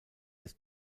des